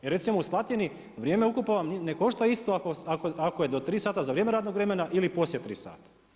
Jer recimo u Slatini, vrijeme ukopa vam ne košta isto ako je do 3 sata za vrijeme radnog vremena ili poslije 3 sata.